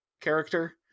character